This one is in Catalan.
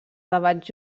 debats